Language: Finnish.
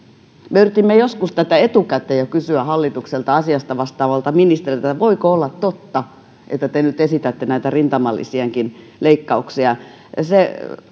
me yritimme joskus etukäteen jo kysyä tätä hallitukselta asiasta vastaavalta ministeriltä että voiko olla totta että te nyt esitätte näitä rintamalisienkin leikkauksia se